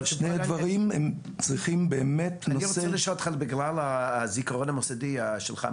שני הדברים צריכים --- בגלל הזיכרון המוסדי שלך,